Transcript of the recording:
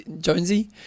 Jonesy